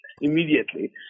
immediately